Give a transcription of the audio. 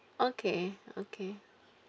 okay okay